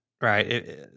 right